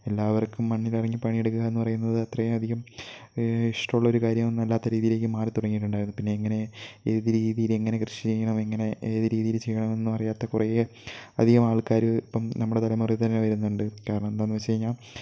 എല്ലാവർക്കും മണ്ണിലിറങ്ങി പണിയെടുക്കുക എന്ന് പറയുന്നത് അത്രയധികം ഇഷ്ടമുള്ളൊരു കാര്യമൊന്നുമല്ലാത്ത രീതിയിലേക്ക് മാറിത്തുടങ്ങിയിട്ടുണ്ടായിരുന്നു പിന്നെ എങ്ങനെ ഏത് രീതിയിൽ എങ്ങനെ കൃഷി ചെയ്യണം എങ്ങനെ ഏത് രീതിയിൽ ചെയ്യണമെന്നും അറിയാത്ത കുറേ അധികം ആൾക്കാർ ഇപ്പം നമ്മുടെ തലമുറയിൽ തന്നെ വരുന്നുണ്ട് കാരണം എന്താണെന്ന് വെച്ചു കഴിഞ്ഞാൽ